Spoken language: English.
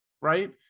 right